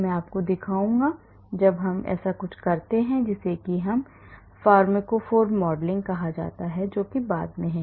मैं दिखाऊंगा जब हम कुछ ऐसा करते हैं जिसे फ़ार्माकोफ़ोर मॉडलिंग कहा जाता है जो बाद में है